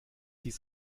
dies